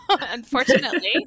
unfortunately